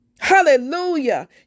Hallelujah